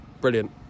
brilliant